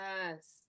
Yes